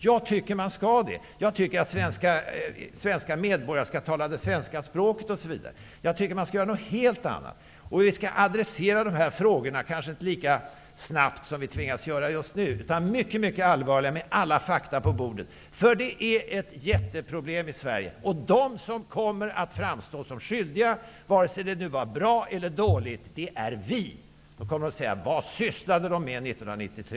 Jag tycker att man skall det. Jag tycker att svenska medborgare skall tala svenska språket osv. Vi skall ställa dessa frågor, men kanske inte lika snabbt som vi tvingas göra just nu, utan med alla fakta på bordet. De är mycket allvarliga. Vi har här ett jätteproblem i Sverige. De som kommer att framstå som skyldiga, vare sig det går bra eller dåligt, är vi. Människor kommer att fråga: Vad sysslade man med år 1993?